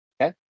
Okay